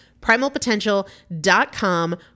Primalpotential.com